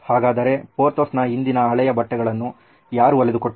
ಹಾಗಾದರೆ ಪೊರ್ಥೋಸ್ ನ ಹಿಂದಿನ ಹಳೆಯ ಬಟ್ಟೆಗಳನ್ನು ಯಾರು ಹೊಲಿದು ಕೊಟ್ಟರು